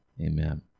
Amen